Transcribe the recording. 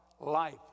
life